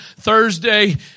Thursday